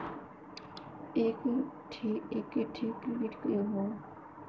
एक ठे क्रेडिट योजना हौ